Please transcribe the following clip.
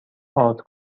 ارد